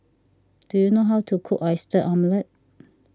do you know how to cook Oyster Omelette